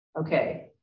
Okay